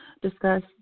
discuss